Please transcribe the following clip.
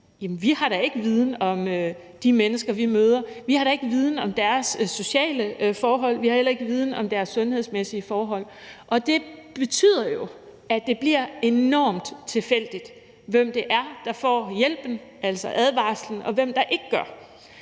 Jamen vi har da ikke viden om de mennesker, vi møder, vi har da ikke viden om deres sociale forhold, og vi har heller ikke viden om deres sundhedsmæssige forhold. Det betyder jo, at det bliver enormt tilfældigt, hvem det er, der får hjælpen, altså advarselen, og hvem der ikke får